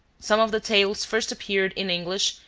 some of the tales first appeared, in english,